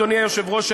אדוני היושב-ראש,